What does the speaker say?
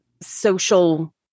social